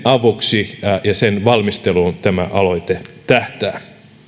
avuksi ja ja sen valmisteluun tämä aloite tähtää